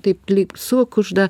taip lyg sukužda